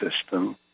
system